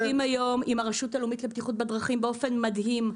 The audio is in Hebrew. אנחנו עובדים היום עם הרשות הלאומית לבטיחות בדרכים באופן מדהים,